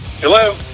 Hello